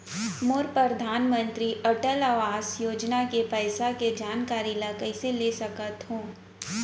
मोर परधानमंतरी अटल आवास योजना के पइसा के जानकारी ल कइसे ले सकत हो?